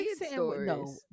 No